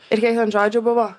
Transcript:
ir kiek ten žodžių buvo